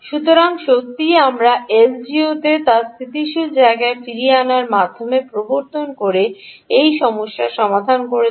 সুতরাং সত্যিই আমরা এলডিওটিকে তার স্থিতিশীল জায়গায় ফিরিয়ে আনার মাধ্যমে প্রবর্তন করে এই সমস্যার সমাধান করেছি